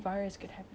a little stress